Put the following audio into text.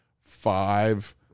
five